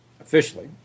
officially